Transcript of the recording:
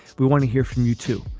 we want to hear from you, too.